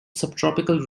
subtropical